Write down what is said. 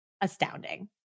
astounding